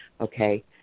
okay